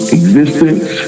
existence